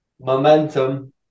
Momentum